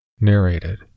Narrated